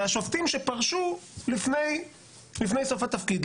זה השופטים שפרשו לפני סוף התפקיד.